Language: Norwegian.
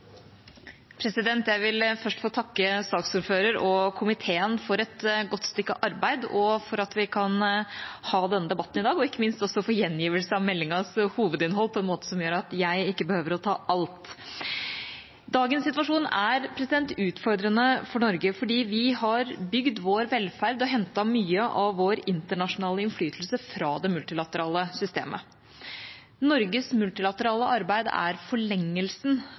Jeg vil først få takke saksordføreren og komiteen for et godt stykke arbeid og for at vi kan ha denne debatten i dag – og ikke minst for gjengivelsen av meldingas hovedinnhold på en måte som gjør at jeg ikke behøver å ta alt. Dagens situasjon er utfordrende for Norge fordi vi har bygd vår velferd og hentet mye av vår internasjonale innflytelse fra det multilaterale systemet. Norges multilaterale arbeid er forlengelsen